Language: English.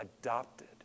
adopted